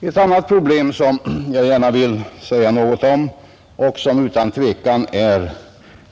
Ett annat problem, som jag gärna vill säga något om och som utan tvekan är